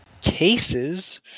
cases